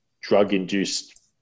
drug-induced